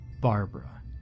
Barbara